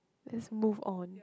let's move on